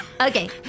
Okay